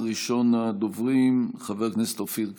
ראשון הדוברים, חבר הכנסת אופיר כץ,